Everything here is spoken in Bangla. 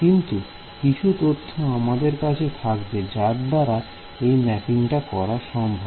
অতএব কিছু তথ্য আমাদের কাছে থাকবে যার দ্বারা এই ম্যাপিংটা করা সম্ভব